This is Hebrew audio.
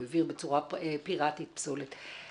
הוא הבעיר בצורה פיראטית פסולת,